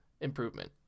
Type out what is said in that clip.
improvement